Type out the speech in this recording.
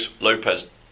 Lopez